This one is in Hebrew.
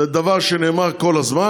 זה דבר שנאמר כל הזמן.